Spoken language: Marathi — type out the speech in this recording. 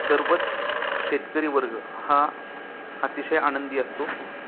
सर्वच शेतकरी वर्ग हा अतिशय आनंदी असतो